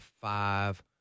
five